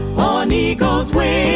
on eagle's wings